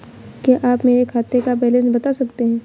क्या आप मेरे खाते का बैलेंस बता सकते हैं?